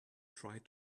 tried